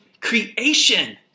creation